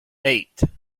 eight